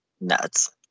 nuts